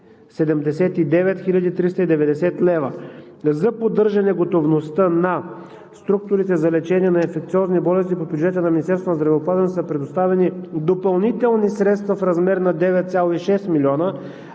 390 лв. За поддържане готовността на структурите за лечение на инфекциозни болести по бюджета на Министерството на здравеопазването са предоставени допълнителни средства в размер на 9,6 милиона,